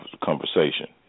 conversation